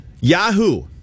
Yahoo